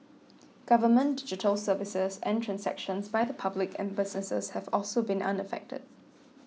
government digital services and transactions by the public and businesses have also been unaffected